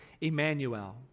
Emmanuel